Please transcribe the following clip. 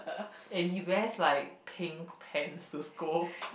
and he wears like pink pants to school